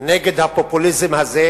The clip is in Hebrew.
נגד הפופוליזם הזה,